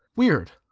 weird.